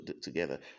together